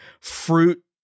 fruit